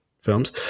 films